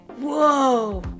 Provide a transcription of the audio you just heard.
Whoa